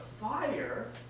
fire